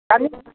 கன்று